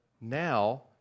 now